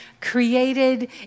created